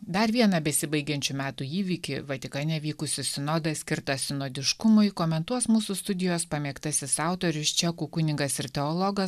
dar vieną besibaigiančių metų įvykį vatikane vykusį sinodą skirtą sinodiškumui ir komentuos mūsų studijos pamėgtasis autorius čekų kunigas ir teologas